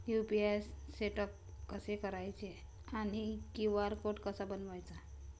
UPI setup कसे करायचे आणि क्यू.आर कोड कसा बनवायचा?